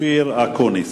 אופיר אקוניס.